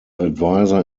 advisor